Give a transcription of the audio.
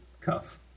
cuff